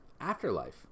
afterlife